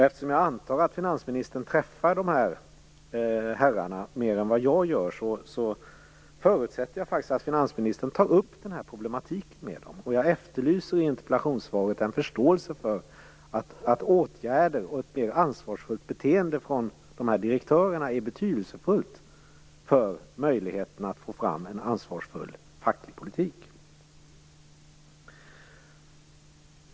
Eftersom jag antar att finansministern träffar de här herrarna mer än vad jag gör förutsätter jag faktiskt att finansministern tar upp denna problematik med dem. Jag efterlyser en förståelse för att åtgärder och ett mer ansvarsfullt beteende från de här direktörerna är betydelsefullt för möjligheterna att få fram en ansvarsfull facklig politik.